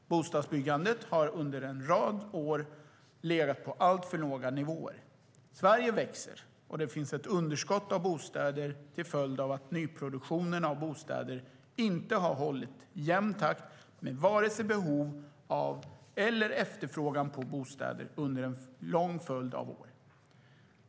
Bostadsbyggandet har under en rad år legat på alltför låga nivåer. Sverige växer, och det finns ett underskott av bostäder till följd av att nyproduktionen av bostäder inte har hållit jämn takt med vare sig behov av eller efterfrågan på bostäder under en lång följd av år.